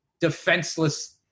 defenseless